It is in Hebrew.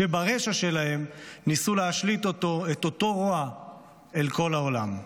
ברשע שלהם ניסו להשליט את אותו רוע על כל העולם.